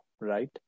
right